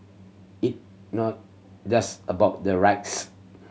it not just about the rights